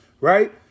right